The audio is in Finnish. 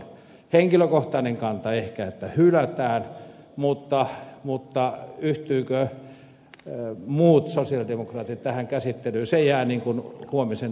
henkilökohtainen kanta ehkä että hylätään mutta yhtyvätkö muut sosialidemokraatit tähän käsittelyyn se jää huomisen äänestyksen varaan